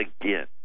again